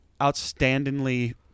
outstandingly